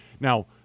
now